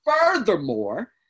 Furthermore